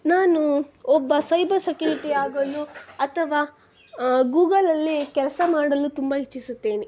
ನಾನು ಒಬ್ಬ cyber security ಆಗಲು ಅಥವಾ ಗೂಗಲಲ್ಲಿ ಕೆಲಸ ಮಾಡಲು ತುಂಬ ಇಚ್ಛಿಸುತ್ತೇನೆ